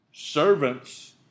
Servants